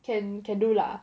can can do lah